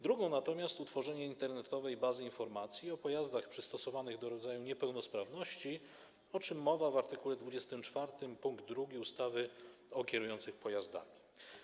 Drugą natomiast - utworzenie internetowej bazy informacji o pojazdach przystosowanych do rodzaju niepełnosprawności, o czym mowa w art. 24 pkt 2 ustawy o kierujących pojazdami.